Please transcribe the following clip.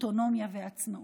אוטונומיה ועצמאות.